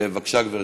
בבקשה, גברתי.